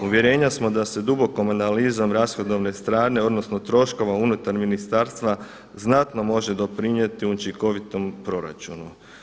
Uvjerenja smo da se dubokom analizom rashodovne strane, odnosno troškova unutar ministarstva znatno može doprinijeti učinkovitom proračunu.